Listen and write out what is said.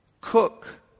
Cook